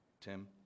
Tim